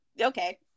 okay